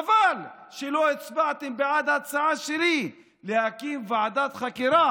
חבל שלא הצבעתם בעד ההצעה שלי להקים ועדת חקירה